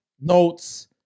Notes